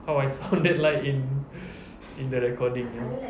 how I sounded like in in the recording you know